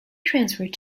transferred